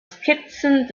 skizzen